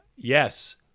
Yes